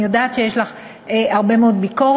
אני יודעת שיש לך הרבה מאוד ביקורת,